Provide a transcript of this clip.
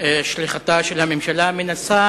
שליחתה של הממשלה, מנסה